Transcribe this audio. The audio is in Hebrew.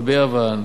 לא ביוון,